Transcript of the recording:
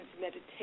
meditation